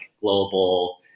global